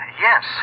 yes